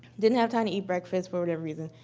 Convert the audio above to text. didn't have time to eat breakfast for whatever reason.